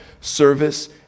service